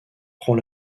prend